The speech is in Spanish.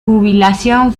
jubilación